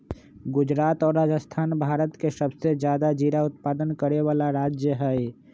गुजरात और राजस्थान भारत के सबसे ज्यादा जीरा उत्पादन करे वाला राज्य हई